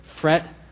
fret